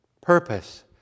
purpose